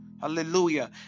Hallelujah